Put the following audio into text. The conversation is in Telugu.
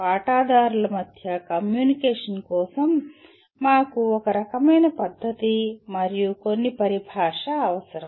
వాటాదారుల మధ్య కమ్యూనికేషన్ కోసం మాకు ఒక రకమైన పద్దతి మరియు కొన్ని పరిభాష అవసరం